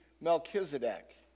Melchizedek